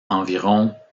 environ